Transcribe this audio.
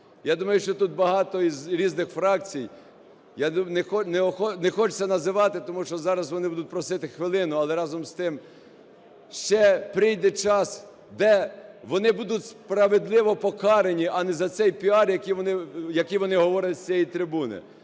Я думаю, що тут багато із різних фракцій, не хочеться називати, тому що вони зараз будуть просити хвилину, але, разом з тим, ще прийде час, де вони будуть справедливо покарані, а не за цей піар, який вони говорять з цієї трибуни.